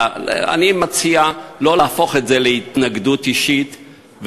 אני מציע שלא להפוך את זה להתנגדות אישית,